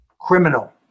Criminal